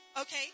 okay